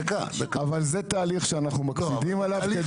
אבל זה תהליך שאנחנו מקפידים עליו.